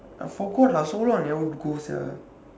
I forgot ah I so long I never go sia